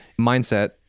mindset